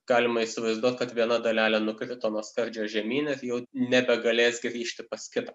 galima įsivaizduot kad viena dalelė nukrito nuo skardžio žemyn ir jau nebegalės grįžti pas kitą